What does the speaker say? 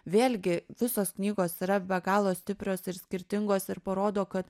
vėlgi visos knygos yra be galo stiprios ir skirtingos ir parodo kad